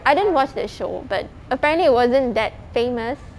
I didn't watch that show but apparently it wasn't that famous